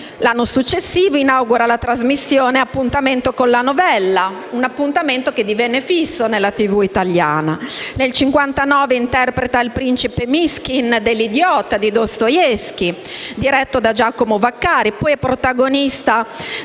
L'anno successivo inaugura la trasmissione «Appuntamento con la novella»: un appuntamento che divenne fisso nella TV italiana. Nel 1959 è il principe Myskin nell'opera «L'idiota» di Dostoevskij, diretto da Giacomo Vaccari. Poi è protagonista